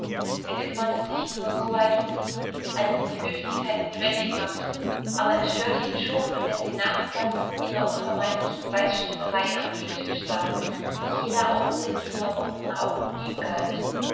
er kümmerte sich nur soweit um sie als es die höflichkeit notwendig machte aber es störte ihn schon wenn sie nachmittags mit ihrer unvermeidlichen weißstickerei am teetisch saß und jeder aufblick ihrer runden augen ihm galt